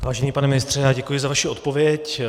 Vážený pane ministře, děkuji za vaši odpověď.